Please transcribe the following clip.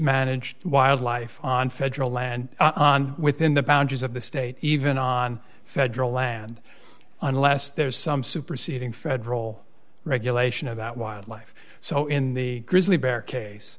manage wildlife on federal land within the boundaries of the state even on federal land unless there is some superseding federal regulation of that wildlife so in the grizzly bear case